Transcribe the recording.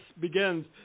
begins